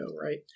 right